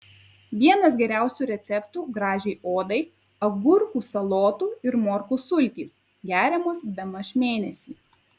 vienas geriausių receptų gražiai odai agurkų salotų ir morkų sultys geriamos bemaž mėnesį